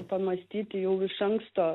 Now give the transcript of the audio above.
pamąstyti jau iš anksto